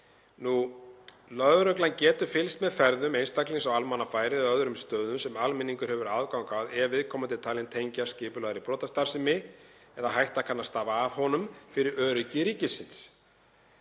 Lögreglan getur fylgst með ferðum einstaklings á almannafæri eða öðrum stöðum sem almenningur hefur aðgang að ef viðkomandi er talinn tengjast skipulagðri brotastarfsemi eða hætta kann að stafa af honum fyrir öryggi ríkisins.